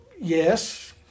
Yes